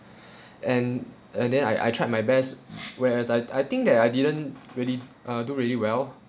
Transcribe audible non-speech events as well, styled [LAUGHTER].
[BREATH] and and then I I tried my best whereas I I think that I didn't really uh do really well